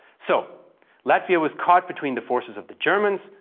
so latvia was caught between the forces of the germans,